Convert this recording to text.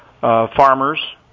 farmers